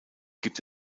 gibt